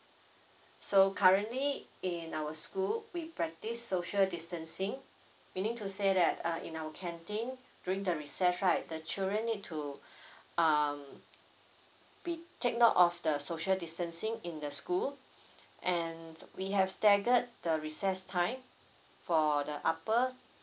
so currently in our school we practice social distancing meaning to say that uh in our canteen during the recess right the children need to um be take note of the social distancing in the school and we have staggered the recess time for the upper